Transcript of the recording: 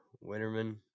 Winterman